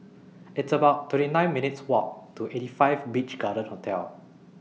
It's about twenty nine minutes' Walk to eighty five Beach Garden Hotel